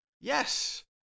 Yes